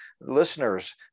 listeners